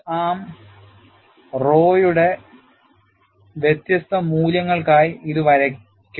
notch ആരം റോയുടെ വ്യത്യസ്ത മൂല്യങ്ങൾക്കായി ഇത് വരയ്ക്കും